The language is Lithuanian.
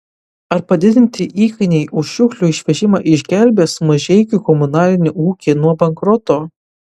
ar padidinti įkainiai už šiukšlių išvežimą išgelbės mažeikių komunalinį ūkį nuo bankroto